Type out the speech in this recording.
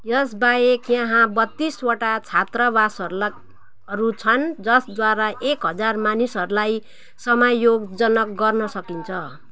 यसबाहेक यहाँ बत्तिसवटा छात्रावासहरू लाग् हरू छन् जसद्वारा एक हजार मानिसहरूलाई समायोजना गर्न सकिन्छ